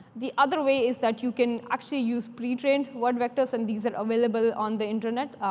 the other way is that you can actually use pre-trained word vectors, and these are available on the internet.